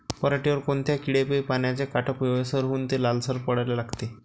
पऱ्हाटीवर कोनत्या किड्यापाई पानाचे काठं पिवळसर होऊन ते लालसर पडाले लागते?